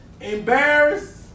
Embarrassed